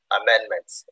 amendments